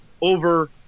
over